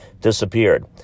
disappeared